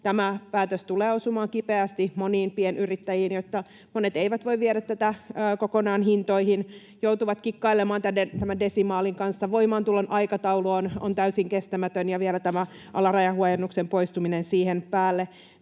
Tämä päätös tulee osumaan kipeästi moniin pienyrittäjiin, joista monet eivät voi viedä tätä kokonaan hintoihin vaan joutuvat kikkailemaan tämän desimaalin kanssa. Voimaantulon aikataulu on täysin kestämätön, ja vielä tämä alarajahuojennuksen poistuminen siihen päälle.